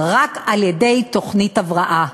רק על-ידי תוכנית הבראה.